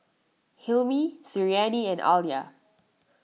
Hilmi Suriani and Alya